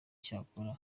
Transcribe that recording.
cyakora